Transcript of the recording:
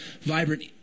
vibrant